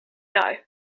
know